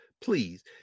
please